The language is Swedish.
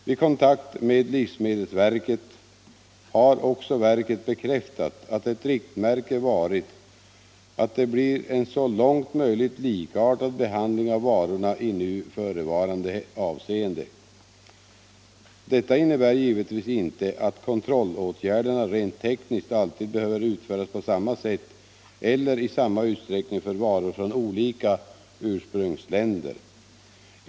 Vid kontakt med livsmedelsverket har också verket bekräftat att ett riktmärke varit att det blir en så långt möjligt likartad behandling av varorna i nu förevarande avseende. Detta innebär givetvis inte att kontrollåtgärderna rent tekniskt alltid behöver utföras på samma sätt eller i samma utsträckning för varor från olika ursprungsländer.